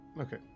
Okay